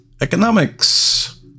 Economics